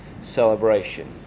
celebration